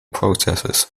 processes